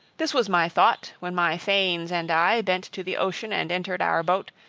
this was my thought, when my thanes and i bent to the ocean and entered our boat,